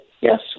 yes